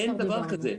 אין דבר כזה.